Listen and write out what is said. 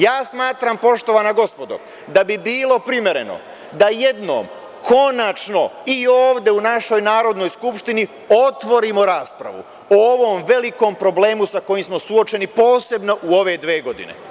Ja smatram, poštovana gospodo, da bi bilo primereno da jednom konačno i ovde u našoj Narodnoj skupštini otvorimo raspravu o ovom velikom problemu sa kojim smo suočeni posebno u ove dve godine.